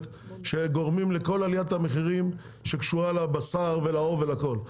שגורמים לכל עליית המחירים שקשורה לבשר ולעוף ולכל,